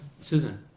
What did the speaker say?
Susan